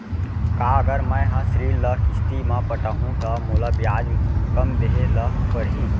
का अगर मैं हा ऋण ल किस्ती म पटाहूँ त मोला ब्याज कम देहे ल परही?